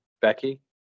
Becky